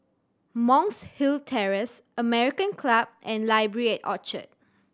Monk's Hill Terrace American Club and Library at Orchard